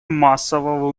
массового